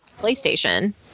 playstation